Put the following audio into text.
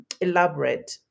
elaborate